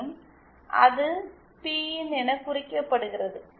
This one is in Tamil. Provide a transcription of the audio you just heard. மேலும் அது பிஇன் என குறிக்கப்படுகிறது